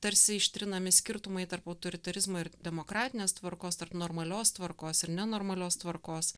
tarsi ištrinami skirtumai tarp autoritarizmo ir demokratinės tvarkos tarp normalios tvarkos ir ne normalios tvarkos